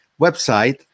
website